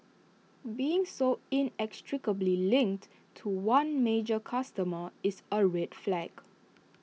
being so inextricably linked to one major customer is A red flag